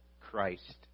Christ